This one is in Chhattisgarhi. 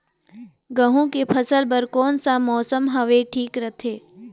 गहूं के फसल बर कौन सा मौसम हवे ठीक रथे?